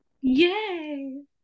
Yay